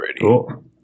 Cool